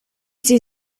sie